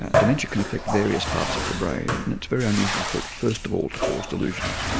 dementia can effect various parts of the brain and it's very unusual for it first of all to cause delusions,